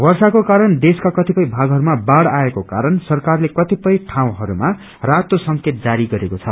वर्षाको कारण देशका कतिपय भागइरूमा बाढ़ आएको कारण सरकारले कतिपय ठाउँहरूमा रातो संकेत जारी गरेको छ